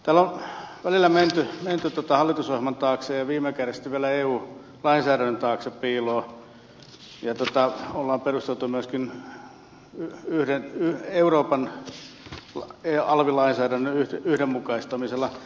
täällä on välillä menty hallitusohjelman taakse ja viime kädessä sitten vielä eu lainsäädännön taakse piiloon ja on perusteltu myöskin euroopan alv lainsäädännön yhdenmukaistamisella